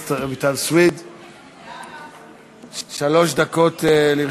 יש תקנון, שלוש דקות.